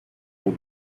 all